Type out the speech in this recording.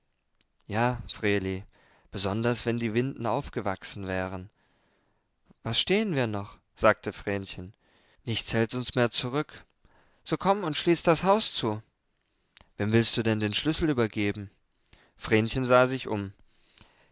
ja vreeli besonders wenn die winden aufgewachsen wären was stehen wir noch sagte vrenchen nichts hält uns mehr zurück so komm und schließ das haus zu wem willst du denn den schlüssel übergeben vrenchen sah sich um